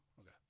Okay